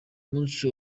munsi